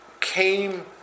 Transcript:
came